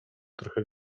trochę